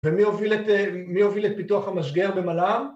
‫ומי הוביל את פיתוח המשגר במלאר?